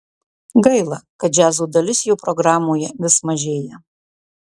gaila kad džiazo dalis jo programoje vis mažėja